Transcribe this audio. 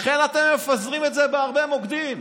לכן אתם מפזרים את זה בהרבה מוקדים.